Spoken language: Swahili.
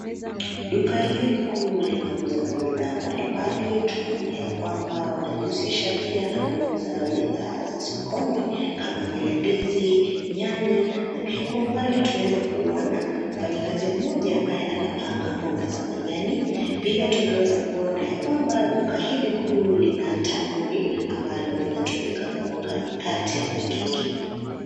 Duka hili kuu linauza bidhaa mbalimbali, tunaona ya kwamba wanajihusisha pia na kuuza bidhaa za sokoni kama vile ndizi, nyanya na pia kwa umbali tunaweza kuona, mfanyikazi mmoja ambaye anapanga mboga za majani. Pia tunaweza kuona ya kwamba duka hili kuu lina tanuri ambalo linatumika kuoka mikate na keki.